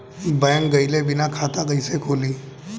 Bank गइले बिना खाता कईसे खुली?